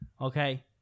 okay